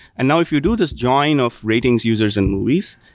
and now if you do this join of ratings, users and movies,